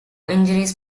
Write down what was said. injuries